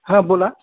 हां बोला